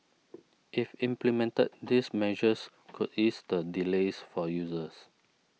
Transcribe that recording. if implemented these measures could ease the delays for users